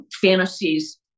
fantasies